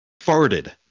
farted